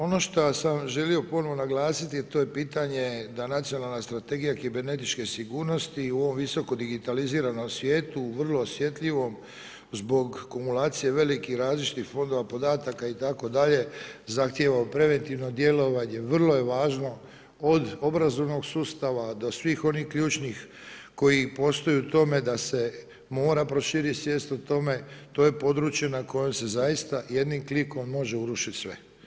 Ono šta sam želio ponovno naglasiti a to je pitanje da nacionalna Strategija kibernetičke sigurnosti u ovom visokom digitaliziranom svijetu, vrlo osjetljivom, zbog kumulacije velikih različitih fondova podataka itd., zahtjeva preventivno djelovanje, vrlo je važno od obrazovnog sustava do svih onih ključnih koji postoje u tome da se mora proširiti svijest o tome, to je područje na kojem se zaista jednim klikom može urušiti sve.